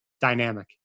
dynamic